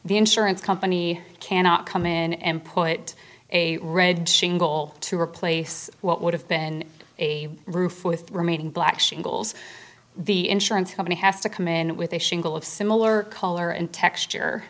the insurance company cannot come in and put a red shingle to replace what would have been a roof with remaining black shingles the insurance company has to come in with a shingle of similar color and texture